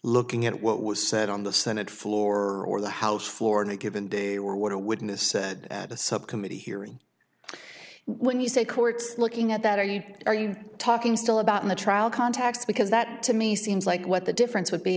looking at what was said on the senate floor or the house floor in a given day or what a witness said at a subcommittee hearing when you say courts looking at that are you are you talking still about in the trial context because that to me seems like what the difference would be